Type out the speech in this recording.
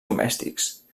domèstics